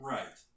Right